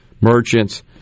merchants